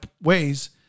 ways